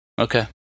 Okay